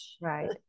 Right